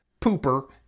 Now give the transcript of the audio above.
pooper